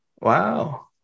Wow